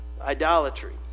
Idolatry